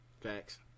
facts